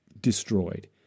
destroyed